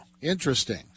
Interesting